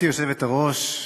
גברתי היושבת-ראש,